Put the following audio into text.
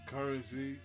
Currency